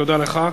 תודה לך.